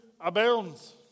abounds